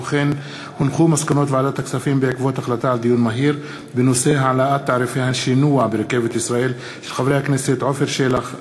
מסקנות ועדת הכספים בעקבות דיון מהיר בהצעה של חברי הכנסת עפר שלח,